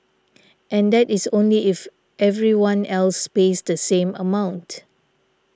and that is only if everyone else pays the same amount